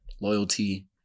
loyalty